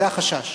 זה החשש.